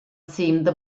seemed